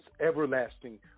everlasting